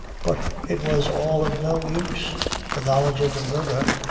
but it was all of no use the knowledge of the murdher!